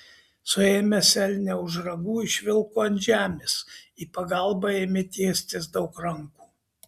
suėmęs elnią už ragų išvilko ant žemės į pagalbą ėmė tiestis daug rankų